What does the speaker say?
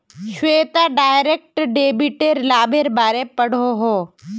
Shweta direct डेबिटेर लाभेर बारे पढ़ोहो